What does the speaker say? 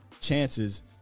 chances